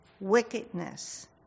wickedness